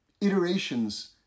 iterations